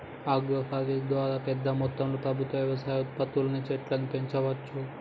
agro forestry ద్వారా పెద్ద మొత్తంలో ప్రభుత్వం వ్యవసాయ ఉత్పత్తుల్ని చెట్లను పెంచవచ్చు